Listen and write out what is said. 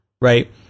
right